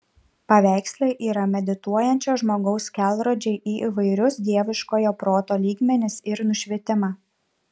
paveikslai yra medituojančio žmogaus kelrodžiai į įvairius dieviškojo proto lygmenis ir nušvitimą